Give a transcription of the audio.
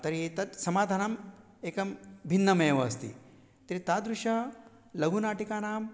तर्हि तत् समाधानम् एकं भिन्नमेव अस्ति तर्हि तादृशानां लघुनाटकानां